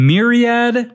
Myriad